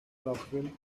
rockville